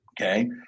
Okay